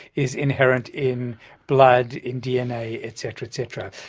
is inherent in blood, in dna, etc, etc,